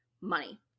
money